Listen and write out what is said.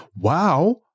wow